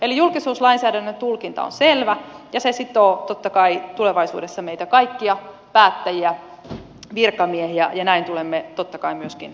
eli julkisuuslainsäädännön tulkinta on selvä ja se sitoo totta kai tulevaisuudessa meitä kaikkia päättäjiä virkamiehiä ja näin tulemme totta kai myöskin toimimaan